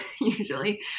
usually